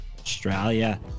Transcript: Australia